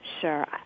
Sure